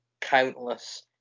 countless